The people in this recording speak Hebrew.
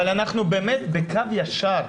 אבל אנחנו באמת בקו ישר,